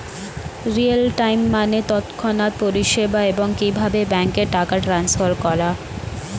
real time মানে তৎক্ষণাৎ পরিষেবা, এবং কিভাবে ব্যাংকে টাকা ট্রান্সফার করা